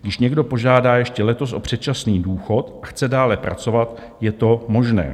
Když někdo požádá ještě letos o předčasný důchod a chce dále pracovat, je to možné.